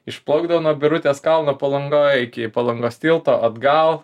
išplaukdavau nuo birutės kalno palangoj iki palangos tilto atgal